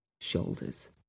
shoulders